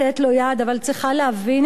אבל היא צריכה להבין את הייאוש.